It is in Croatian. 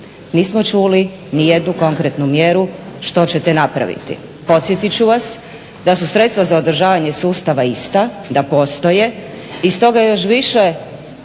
Nismo čuli niti jednu konkretnu mjeru što ćete napraviti. Podsjetiti ću vas da su sredstva za održavanje sustava ista, da postoje i stoga još više